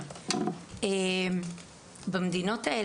דיברת על השיבוץ או מתן עבודה וחסר לנו ידיים